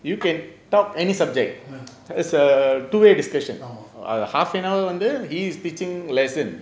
err ஆமா:aama